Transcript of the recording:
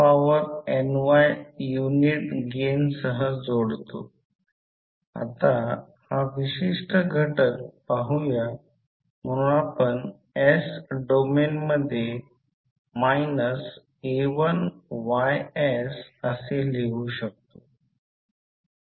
तर 5 j 5 i1 i2 आता mutual नंतर येईल हे j 10 रिअॅक्टन्स i1 आहे कारण या लूपमध्ये करंट आहे